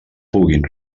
puguin